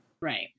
Right